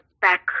back